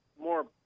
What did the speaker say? more